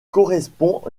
correspond